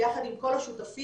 ביחד עם כל השותפים,